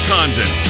Condon